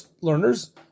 learners